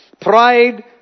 Pride